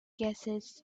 gases